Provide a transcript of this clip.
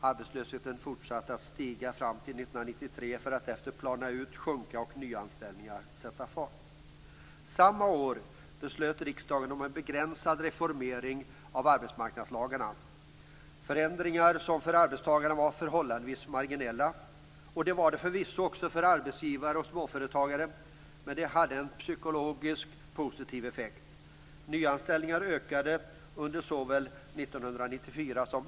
Arbetslösheten fortsatte att stiga fram till 1993 för att därefter plana ut och sjunka samtidigt som nyanställningarna satte fart. Samma år beslutade riksdagen om en begränsad reformering av arbetsmarknadslagarna, förändringar som för arbetstagarna var förhållandevis marginella. Det var de förvisso också för arbetsgivare och småföretagare, men de hade en psykologiskt positiv effekt.